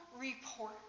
report